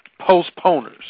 postponers